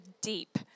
deep